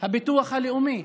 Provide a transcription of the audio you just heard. הביטוח הלאומי,